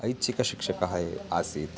ऐच्छिकशिक्षकः एव आसीत्